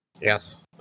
Yes